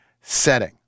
setting